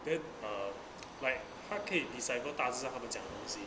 then um like 他可以 decipher 大字他们讲的东西